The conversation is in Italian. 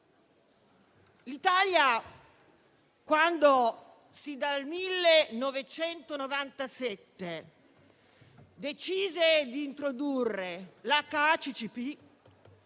L'Italia, quando sin dal 1997 decise di introdurre la